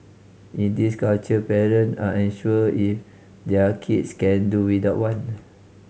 in this culture parent are unsure if their kids can do without one